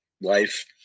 Life